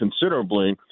considerably